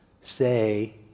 say